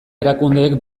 erakundeek